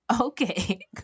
Okay